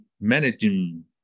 managing